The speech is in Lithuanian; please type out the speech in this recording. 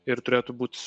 ir turėtų būt